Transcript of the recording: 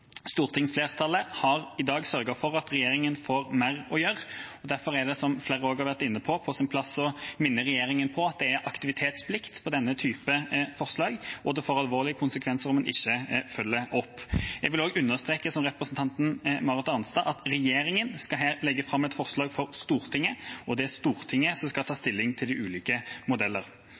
Stortingsflertallet har i dag sørget for at regjeringa får mer å gjøre. Derfor er det, som flere har vært inne på, på sin plass å minne regjeringa på at det er aktivitetsplikt for denne typen forslag. Det får alvorlige konsekvenser hvis en ikke følger det opp. Jeg vil understreke, som også representanten Marit Arnstad gjorde, at regjeringa skal legge fram et forslag for Stortinget, og at det er Stortinget som skal ta stilling til de ulike